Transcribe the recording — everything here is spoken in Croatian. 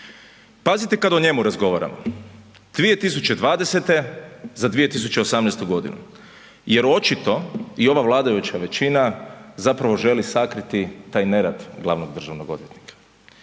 Pazite kad o njemu razgovaramo 2020. za 2018. godinu jer očito i ova vladajuća većina zapravo želi sakriti taj nerad glavnog državnog odvjetnika.